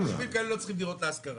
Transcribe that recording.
למה יישובים כאלה לא צריכים דיור להשכרה?